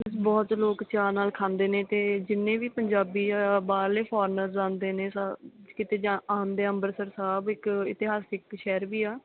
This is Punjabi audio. ਬਹੁਤ ਲੋਕ ਚਾਅ ਨਾਲ ਖਾਂਦੇ ਨੇ ਅਤੇ ਜਿੰਨੇ ਵੀ ਪੰਜਾਬੀ ਜਾਂ ਬਾਹਰਲੇ ਫੋਰਨਰ ਆਉਂਦੇ ਨੇ ਕਿਤੇ ਜਾ ਆਉਂਦੇ ਅੰਬਰਸਰ ਸਾਹਿਬ ਇੱਕ ਇਤਿਹਾਸਿਕ ਸ਼ਹਿਰ ਵੀ ਆ